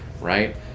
right